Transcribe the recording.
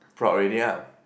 proud already ah